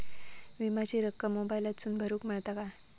विमाची रक्कम मोबाईलातसून भरुक मेळता काय?